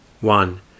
One